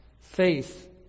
Faith